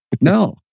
No